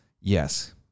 Yes